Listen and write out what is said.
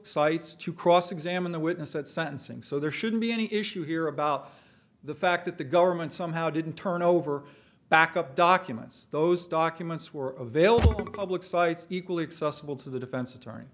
sites to cross examine the witness at sentencing so there shouldn't be any issue here about the fact that the government somehow didn't turn over backup documents those documents were available public sites equally accessible to the defense attorney